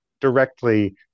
directly